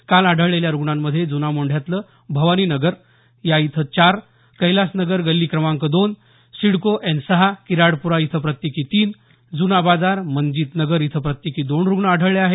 काल आढळलेल्या रुग्णांमध्ये जुना मोंढ्यातलं भवानी नगरमध्ये चार कैलास नगर गल्ली क्रमांक दोन सिडको एन सहा किराडपुरा इथं प्रत्येकी तीन जुना बाजार मनजित नगर इथं प्रत्येकी दोन रुग्ण आढळले आहेत